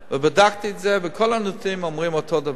ובדקתי את זה, וכל המומחים אומרים אותו דבר.